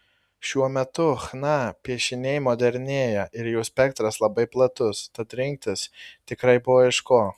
šiuo metu chna piešiniai modernėja ir jų spektras labai platus tad rinktis tikrai buvo iš ko